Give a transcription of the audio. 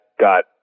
got